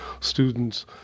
students